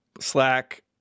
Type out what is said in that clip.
Slack